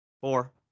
Four